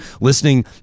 listening